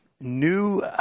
new